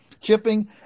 chipping